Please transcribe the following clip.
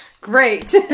great